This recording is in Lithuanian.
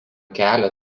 kelio